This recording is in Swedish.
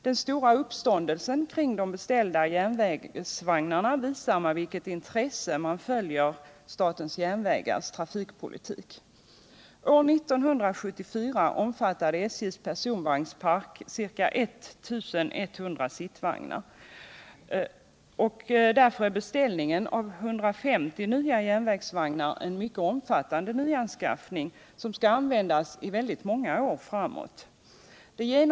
Den stora uppståndelsen kring de beställda järnvägsvagnarna visar med vilket intresse man följer statens järnvägars trafikpolitik. År 1974 omfattade SJ:s personvagnspark ca 1 100 sittvagnar, och därför är en beställning av 150 nya järnvägsvagnar en omfattande nyanskaffning, som skall användas i många år framåt.